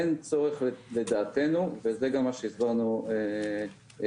אין צורך לדעתנו, וזה גם מה שהשבנו למבקר.